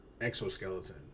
exoskeleton